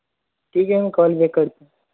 ठीक है मैं कॉल बैक करता हूँ